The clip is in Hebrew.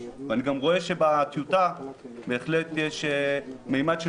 ואני גם רואה שבטיוטה בהחלט יש ממד של